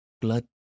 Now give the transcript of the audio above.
blood